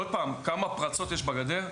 עוד פעם, כמה פרצות יש בגדר?